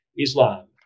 islam